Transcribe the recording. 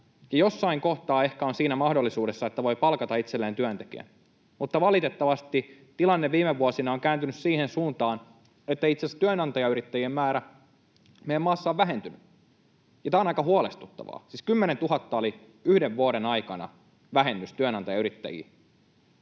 jossain kohtaa ehkä on siinä mahdollisuudessa, että voi palkata itselleen työntekijän. Mutta valitettavasti tilanne viime vuosina on kääntynyt siihen suuntaan, että itse asiassa työnantajayrittäjien määrä meidän maassa on vähentynyt, ja tämä on aika huolestuttavaa. Siis 10 000 oli yhden vuoden aikana vähennys työnantajayrittäjiin,